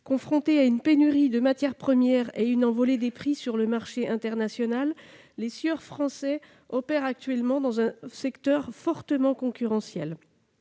Confrontés à une pénurie de matières premières et à une envolée des prix sur le marché international, les scieurs français opèrent actuellement dans un secteur fortement concurrentiel.